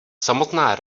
samotná